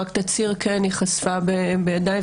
שיאמר שהיא חשפה בפניו,